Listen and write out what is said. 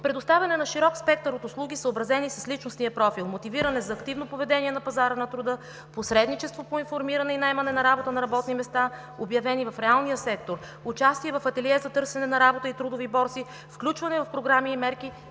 предоставяне на широк спектър от услуги, съобразени с личностния профил; мотивиране за активно поведение на пазара на труда; посредничество по информиране и наемане на работа, на работни места, обявени в реалния сектор; участие в „Ателие за търсене на работа“ и трудови борси; включване в програми и мерки